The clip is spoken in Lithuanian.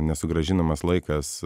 nesugrąžinamas laikas